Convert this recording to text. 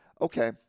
okay